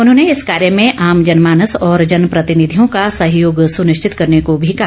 उन्होंने इस कार्य में आम जनमानस और जनप्रतिनिधियों का सहयोग सुनिश्चित करने को भी कहा